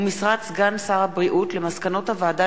ומשרד סגן שר הבריאות למסקנות הוועדה